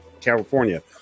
California